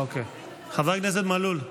חבר הכנסת מלול.